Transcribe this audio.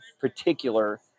particular